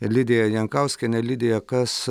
lidija jankauskienė lidija kas